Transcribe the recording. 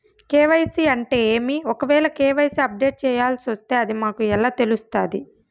KYC అంటే ఏమి? ఒకవేల కె.వై.సి అప్డేట్ చేయాల్సొస్తే అది మాకు ఎలా తెలుస్తాది?